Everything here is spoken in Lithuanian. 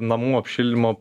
namų apšildymo